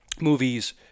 movies